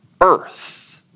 earth